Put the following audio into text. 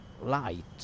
light